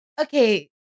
Okay